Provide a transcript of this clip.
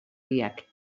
biak